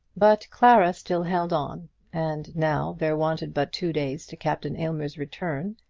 but clara still held on and now there wanted but two days to captain aylmer's return,